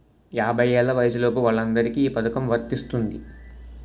యాభై ఏళ్ల వయసులోపు వాళ్ళందరికీ ఈ పథకం వర్తిస్తుంది